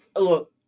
look